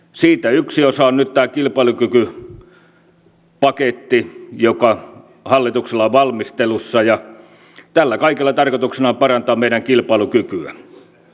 siitä yksi osa on nyt tämä kilpailukykypaketti joka hallituksella on valmistelussa ja tällä kaikella tarkoituksena on parantaa meidän kilpailukykyämme